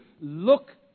look